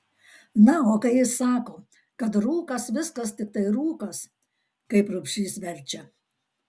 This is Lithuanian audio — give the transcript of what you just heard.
na o kai jis sako kad rūkas viskas tiktai rūkas kaip rubšys verčia